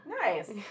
Nice